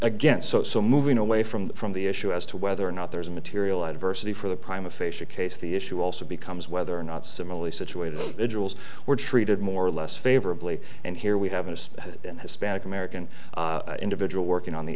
again so so moving away from that from the issue as to whether or not there's a material adversity for the prime aphasia case the issue also becomes whether or not similarly situated vigils were treated more or less favorably and here we have a space in hispanic american individual working on the